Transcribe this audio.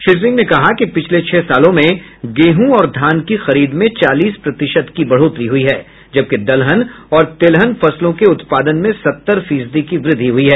श्री सिंह ने कहा कि पिछले छह सालों में गेहूँ और धान की खरीद में चालीस प्रतिशत की बढ़ोतरी हुई है जबकि दलहन और तेलहन फसलों के उत्पादन में सत्तर फीसदी की वृद्धि हुई है